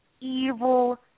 evil